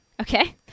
Okay